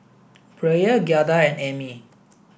Brielle Giada and Emmie